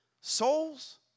souls